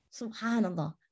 Subhanallah